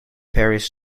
paris